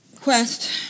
Quest